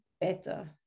better